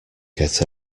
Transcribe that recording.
get